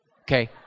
Okay